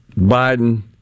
Biden